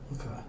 Okay